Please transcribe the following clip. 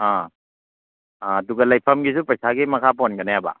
ꯑꯥ ꯑꯥ ꯑꯗꯨꯒ ꯂꯩꯐꯝꯒꯤꯁꯨ ꯄꯩꯁꯥꯒꯤ ꯃꯈꯥ ꯄꯣꯟꯒꯅꯦꯕ